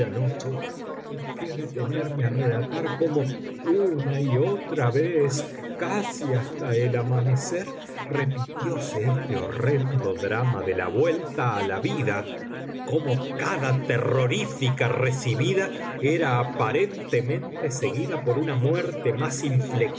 noche por qué detenerme a relatar cómo una y otra vez casi hasta el amanecer repitióse este horrendo drama de la vuelta a la vida cómo cada terrorífica recidiva era aparentemente seguida por una muerte más